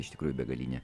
iš tikrųjų begalinę